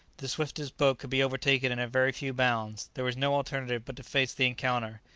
the swiftest boat could be overtaken in a very few bounds. there was no alternative but to face the encounter.